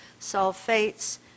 sulfates